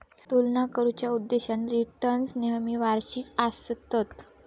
तुलना करुच्या उद्देशान रिटर्न्स नेहमी वार्षिक आसतत